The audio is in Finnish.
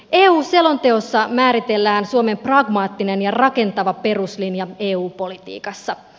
eu selonteossa määritellään suomen pragmaattinen ja rakentava peruslinja eu politiikassa